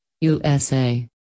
USA